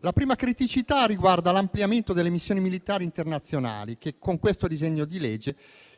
la prima delle quali riguarda l'ampliamento delle missioni militari internazionali. Con il disegno di legge